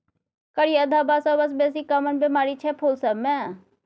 करिया धब्बा सबसँ बेसी काँमन बेमारी छै फुल सब मे